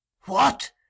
What